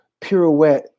pirouette